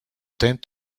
tend